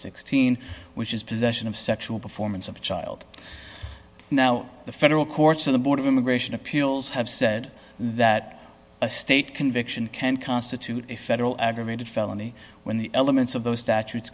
dollars which is possession of sexual performance of a child now the federal courts of the board of immigration appeals have said that a state conviction can constitute a federal aggravated felony when the elements of those statutes